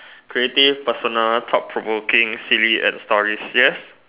creative personal thought provoking silly and story yes